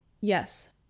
Yes